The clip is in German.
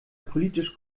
politisch